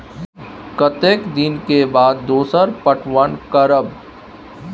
कतेक दिन के बाद दोसर पटवन करब?